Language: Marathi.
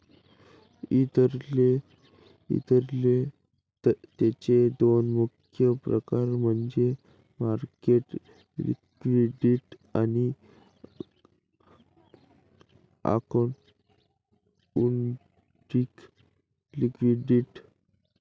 तरलतेचे दोन मुख्य प्रकार म्हणजे मार्केट लिक्विडिटी आणि अकाउंटिंग लिक्विडिटी